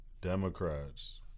Democrats